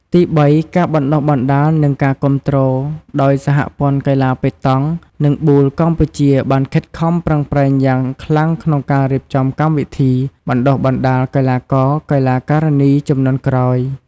ទីបីការបណ្តុះបណ្តាល និងការគាំទ្រ ដោយសហព័ន្ធកីឡាប៉េតង់ និងប៊ូលកម្ពុជាបានខិតខំប្រឹងប្រែងយ៉ាងខ្លាំងក្នុងការរៀបចំកម្មវិធីបណ្តុះបណ្តាលកីឡាករ-កីឡាការិនី ជំនាន់ក្រោយ។